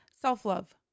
Self-love